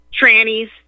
trannies